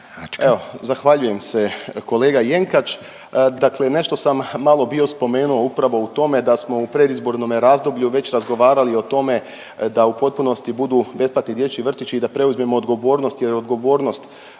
Evo zahvaljujem se kolega Jenkač. Dakle, nešto sam malo bio spomenuo upravo u tome da smo u predizbornom razdoblju već razgovarali o tome da u potpunosti budu besplatni dječji vrtići i da preuzmemo odgovornost jer odgovornost